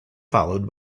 followed